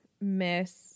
miss